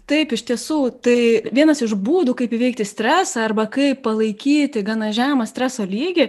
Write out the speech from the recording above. taip iš tiesų tai vienas iš būdų kaip įveikti stresą arba kaip palaikyti gana žemą streso lygį